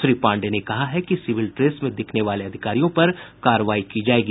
श्री पांडेय ने कहा है कि सिविल ड्रेस में दिखने वाले अधिकारियों पर कार्रवाई की जायेगी